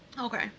Okay